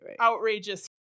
outrageous